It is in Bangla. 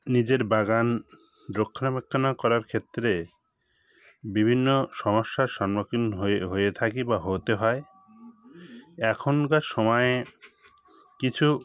নিজের বাগান রক্ষণাবেক্ষণ করার ক্ষেত্রে বিভিন্ন সমস্যার সম্মুখীন হয়ে হয়ে থাকি বা হতে হয় এখনকার সময়ে কিছু